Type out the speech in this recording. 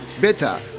better